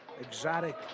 exotic